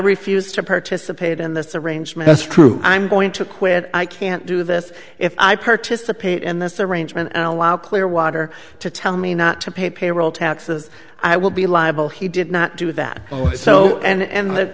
refuse to participate in this arrangement that's true i'm going to quit i can't do this if i participate in this arrangement and allow clearwater to tell me not to pay payroll taxes i will be liable he did not do that so and